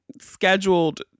scheduled